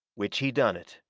which he done it.